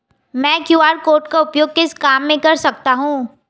मैं QR code का उपयोग किस काम में कर सकता हूं?